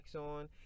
on